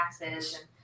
taxes